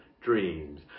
dreams